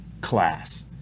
class